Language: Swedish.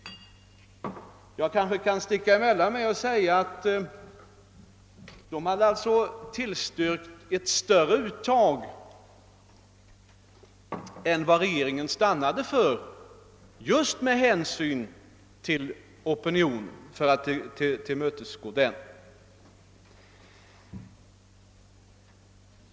Jag kanske kan få sticka emellan med att säga att de flesta tillstyrkte ett större uttag än vad regeringen stannade för, just för att tillmötesgå opinionen.